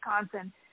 Wisconsin